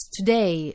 today